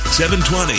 720